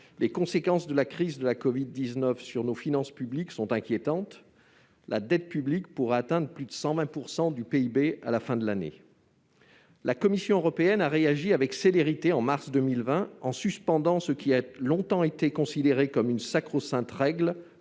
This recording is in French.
Les conséquences de la crise de la covid-19 sur nos finances publiques sont inquiétantes : la dette publique pourrait atteindre plus de 120 % du PIB à la fin de l'année. La Commission européenne a réagi avec célérité au mois de mars 2020 en suspendant ce qui a longtemps été considéré comme une « sacro-sainte » règle